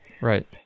Right